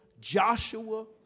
Joshua